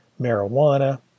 marijuana